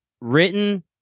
written